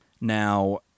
Now